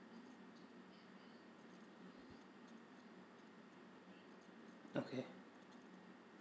okay